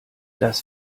das